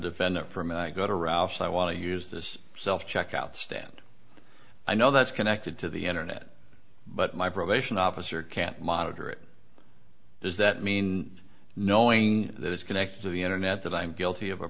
defendant from go to roust i want to use this self checkout stand i know that's connected to the internet but my probation officer can't monitor it does that mean knowing that it's connected to the internet that i'm guilty of a